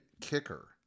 kicker